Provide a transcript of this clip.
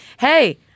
Hey